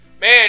Man